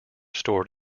stored